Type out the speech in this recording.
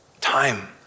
Time